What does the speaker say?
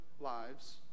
lives